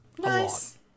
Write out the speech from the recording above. Nice